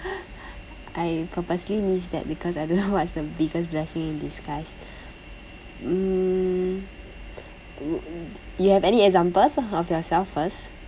I purposely miss that because I don't know what's the biggest blessing in disguise mm you have any examples of yourself first